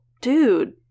dude